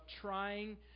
trying